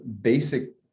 basic